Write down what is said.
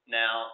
now